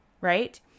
right